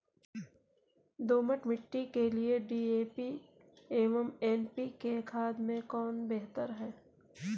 दोमट मिट्टी के लिए डी.ए.पी एवं एन.पी.के खाद में कौन बेहतर है?